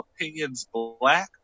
opinionsblack